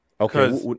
Okay